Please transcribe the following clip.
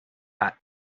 that